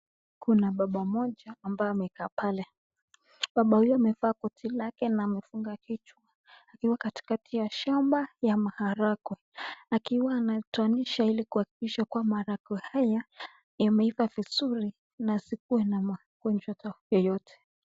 Kuna baba mmoja ambaye amekaa pale, baba huyu amevaa koti lake na amefunga kichwa, akiwa katikati ya shamba ya maharagwe, akiwa anatoanisha ili kuhakikisha kwamba maharagwe haya yameiva vizuri na zisikuwe na magonjwa yeyote.